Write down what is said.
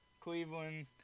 Cleveland